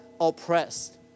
oppressed